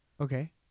Okay